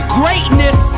greatness